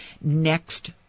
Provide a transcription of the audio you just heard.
next